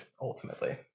ultimately